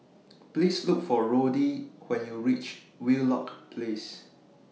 Please Look For Roddy when YOU REACH Wheelock Place